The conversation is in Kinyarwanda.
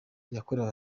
yakorewe